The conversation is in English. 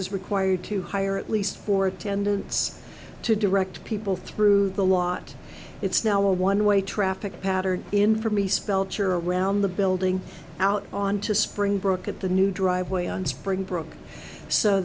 is required to hire at least four attendants to direct people through the lot it's now a one way traffic pattern in for me spellchecker around the building out on to springbrook at the new driveway on springbrook so